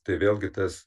tai vėlgi tas